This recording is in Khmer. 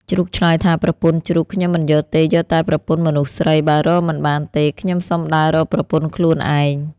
ជ្រូកឆ្លើយថា ប្រពន្ធជ្រូក ខ្ញុំមិនយកទេ យកតែប្រពន្ធមនុស្សស្រី បើរកមិនបានទេ ខ្ញុំសុំដើររកប្រពន្ធខ្លួនឯង។